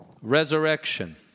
resurrection